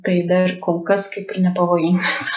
tai dar kol kas kaip ir nepavojingas